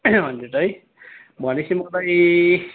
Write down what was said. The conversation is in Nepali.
हन्ड्रेड है भनेपछि मलाई